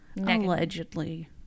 allegedly